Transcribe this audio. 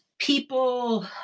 people